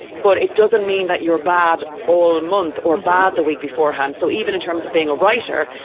but it doesn't mean that you're bad all month or bad the week beforehand. so even in terms of being a writer,